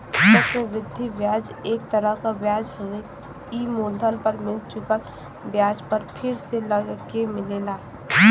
चक्र वृद्धि ब्याज एक तरह क ब्याज हउवे ई मूलधन पर मिल चुकल ब्याज पर फिर से लगके मिलेला